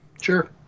Sure